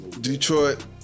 Detroit